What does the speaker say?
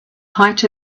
height